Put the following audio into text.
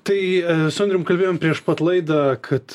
tai su andrium kalbėjom prieš pat laidą kad